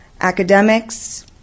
academics